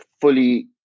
fully